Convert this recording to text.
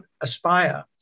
aspire